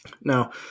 Now